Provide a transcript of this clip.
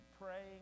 praying